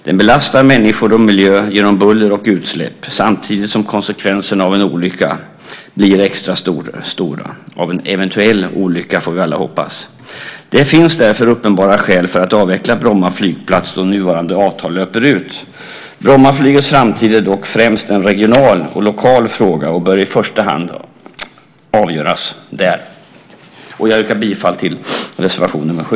Den belastar människor och miljö genom buller och utsläpp samtidigt som konsekvenserna av en, får vi alla hoppas, eventuell olycka blir extra stora. Det finns därför uppenbara skäl för att avveckla Bromma flygplats då nuvarande avtal löper ut. Brommaflygets framtid är dock främst en regional och lokal fråga och bör i första hand avgöras på den nivån. Jag yrkar bifall till reservation 7.